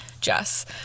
Jess